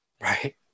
Right